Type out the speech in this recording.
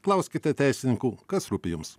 klauskite teisininkų kas rūpi jums